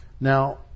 Now